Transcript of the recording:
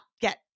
get